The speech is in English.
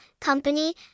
company